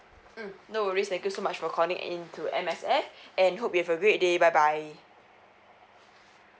mm no worries thank you so much for calling in to M_S_F and hope you have a great day bye bye